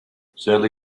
sadly